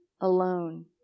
Alone